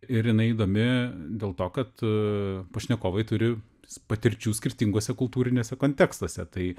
ir jinai įdomi dėl to kad pašnekovai turi patirčių skirtinguose kultūriniuose kontekstuose tai